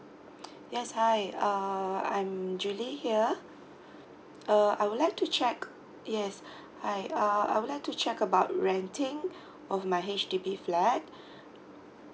yes hi uh I'm julie here uh I would like to check yes hi uh I would like to check about renting of my H_D_B flat